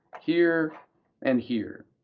here and here,